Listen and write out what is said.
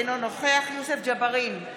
אינו נוכח יוסף ג'בארין,